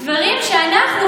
דברים שאנחנו,